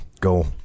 Go